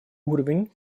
уровень